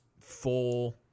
full